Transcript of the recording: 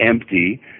empty